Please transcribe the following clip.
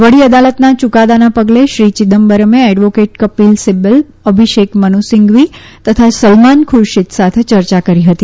વડી અદાલતના યકકાદાના પગલે શ્રી ચિદમ્બરમે એડવોકેટ કપિલ સિબ્બલ અભિષેક મનુ સિંઘવી તથા સલમાન ખુરશીદ સાથે ચર્ચા કરી હતી